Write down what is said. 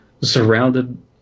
surrounded